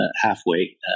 halfway